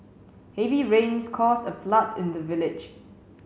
heavy rains caused a flood in the village